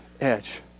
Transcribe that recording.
edge